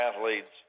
athletes